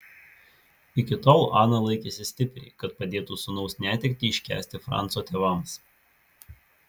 iki tol ana laikėsi stipriai kad padėtų sūnaus netektį iškęsti franco tėvams